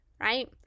right